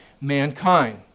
mankind